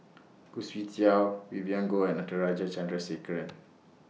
Khoo Swee Chiow Vivien Goh and Natarajan Chandrasekaran